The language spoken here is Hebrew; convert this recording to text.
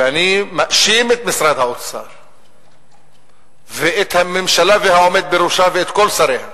ואני מאשים את משרד האוצר ואת הממשלה ואת העומד בראשה ואת כל שריה,